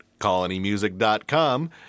ColonyMusic.com